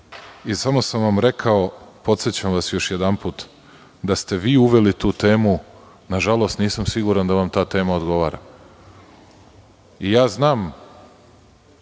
samo sam vam rekao, podsećam vas još jedanput, da ste vi uveli tu temu, na žalost, nisam siguran da vam ta tema odgovara. I ja znam